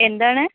എന്താണ്